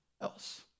else